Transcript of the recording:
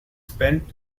spent